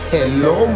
Hello